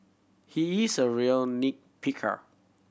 he is a real nit picker